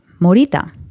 Morita